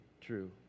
true